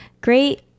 Great